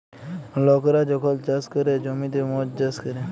লকরা যখল চাষ ক্যরে জ্যমিতে মদ চাষ ক্যরে